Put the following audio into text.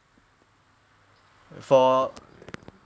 for